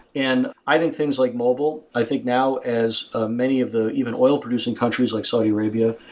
and i think things like mobile, i think now as ah many of the even oil producing countries, like saudi arabia,